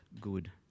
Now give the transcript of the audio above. good